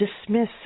dismiss